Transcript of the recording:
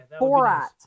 Borat